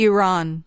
Iran